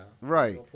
Right